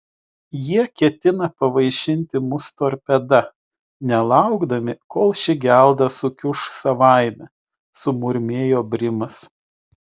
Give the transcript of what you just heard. jie ketina pavaišinti mus torpeda nelaukdami kol ši gelda sukiuš savaime sumurmėjo brimas